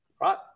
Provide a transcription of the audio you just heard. right